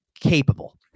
capable